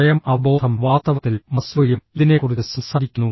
സ്വയം അവബോധംഃ വാസ്തവത്തിൽ മാസ്ലോയും ഇതിനെക്കുറിച്ച് സംസാരിക്കുന്നു